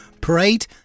Parade